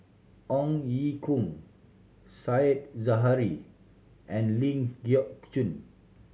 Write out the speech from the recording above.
Ong Ye Kung Said Zahari and Ling Geok Choon